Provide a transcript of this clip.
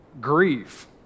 grief